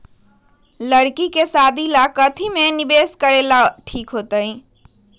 लड़की के शादी ला काथी में निवेस करेला ठीक होतई?